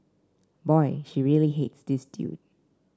boy she really hates this dude